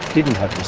didn't have this